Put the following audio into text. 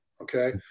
okay